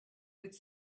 with